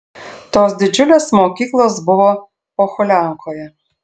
tos didžiulės mokyklos buvo pohuliankoje